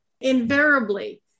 invariably